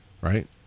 Right